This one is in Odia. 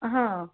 ହଁ